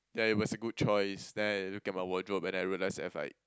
ya it was a good choice then I look at my wardrobe and I realize I've like